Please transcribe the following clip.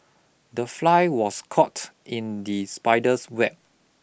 the fly was caught in the spider's web